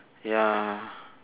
ya